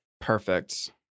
Perfect